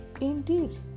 Indeed